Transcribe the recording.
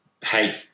Hey